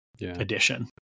addition